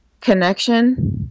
connection